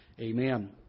Amen